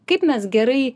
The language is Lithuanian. kaip mes gerai